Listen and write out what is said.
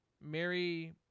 Mary